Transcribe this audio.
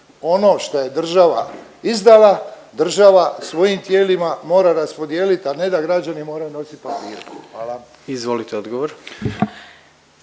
ono šta je država izdala, država svojim tijelima raspodijelit, a ne da građani moraju nosit papire. Hvala. **Jandroković,